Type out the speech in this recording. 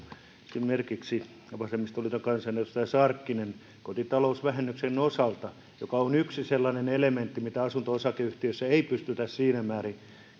esimerkiksi vasemmistoliiton kansanedustaja sarkkinen kotitalousvähennyksen osalta että se on yksi sellainen elementti mitä asunto osakeyhtiöissä ei pystytä siinä määrin